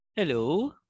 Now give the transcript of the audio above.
Hello